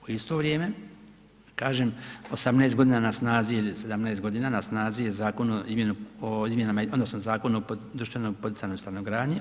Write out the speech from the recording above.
U isto vrijeme, kažem 18 godina na snazi ili 17 godina na snazi je zakon o izmjenama, odnosno Zakon o društveno poticajnoj stanogradnji.